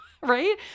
right